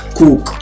cook